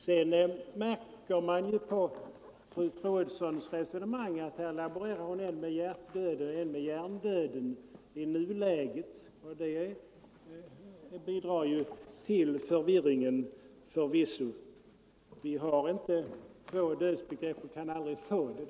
Sedan märker man av fru Troedssons resonemang att hon laborerar än med hjärtdöd, än med hjärndöd i nuläget, och det bidrar förvisso inte till någon klarhet. Vi har inte två dödsbegrepp och kan aldrig få det.